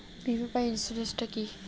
বিমা বা ইন্সুরেন্স টা কি?